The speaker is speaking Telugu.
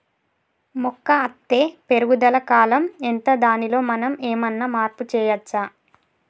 మొక్క అత్తే పెరుగుదల కాలం ఎంత దానిలో మనం ఏమన్నా మార్పు చేయచ్చా?